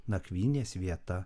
nakvynės vieta